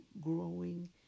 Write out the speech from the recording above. growing